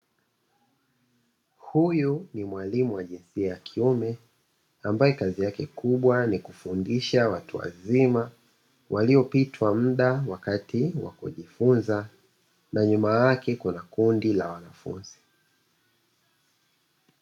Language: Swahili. Huyu ni mwalimu wa jinsia ya kiume ambaye kazi yake kubwa ni kufundisha watu wazima, waliopitwa muda wakati wa kujifunza. Na nyuma yake kuna kundi la wanafunzi.